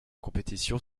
compétition